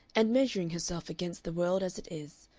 and measuring herself against the world as it is,